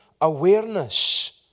awareness